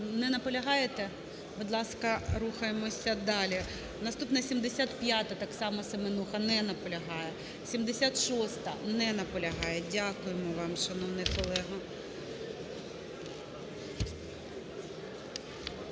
Не наполягаєте? Будь ласка, рухаємося далі. Наступна – 75-а, так само Семенуха. Не наполягає. 76-а. Не наполягає. Дякуємо вам, шановний колего.